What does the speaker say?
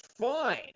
fine